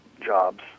jobs